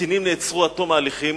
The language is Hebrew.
קטינים נעצרו עד תום ההליכים,